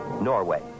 Norway